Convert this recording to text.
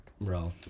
Bro